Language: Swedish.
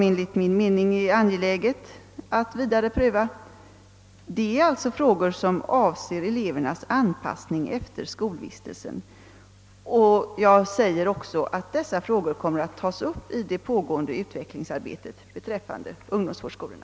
Enligt min mening är det angeläget att vidare pröva frågor som gäller elevernas anpassning efter skolvistelsen. Dessa spörsmål kommer också att tas upp i det pågående utvecklingsarbetet beträffande ungdomsvårdsskolorna.